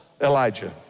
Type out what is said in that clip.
Elijah